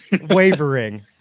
wavering